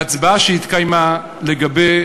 ההצבעה שהתקיימה לגבי